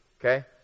Okay